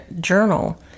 journal